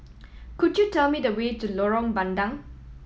could you tell me the way to Lorong Bandang